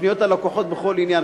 לפניות הלקוחות בכל עניין,